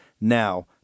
now